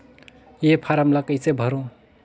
ये फारम ला कइसे भरो?